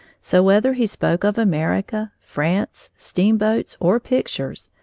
so whether he spoke of america, france, steamboats, or pictures,